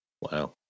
Wow